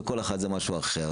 וכל אחד זה משהו אחר.